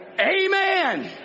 Amen